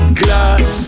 glass